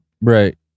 Right